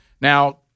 now